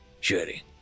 Surely